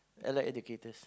Allied-Educators